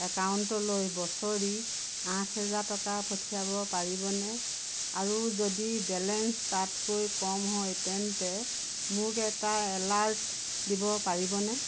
একাউণ্টলৈ বছৰি আঠ হাজাৰ টকা পঠিয়াব পাৰিবনে আৰু যদি বেলেঞ্চ তাতকৈ কম হয় তেন্তে মোক এটা এলাৰ্ট দিব পাৰিবনে